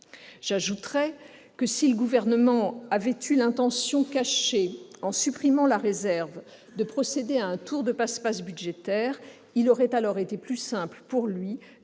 J'ajoute que, si le Gouvernement avait eu l'intention cachée, en supprimant la réserve, de procéder à un tour de passe-passe budgétaire, il était plus simple pour lui